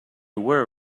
were